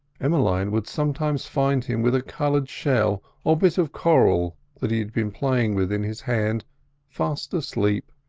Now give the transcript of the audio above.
emmeline would sometimes find him with a coloured shell or bit of coral that he had been playing with in his hand fast asleep,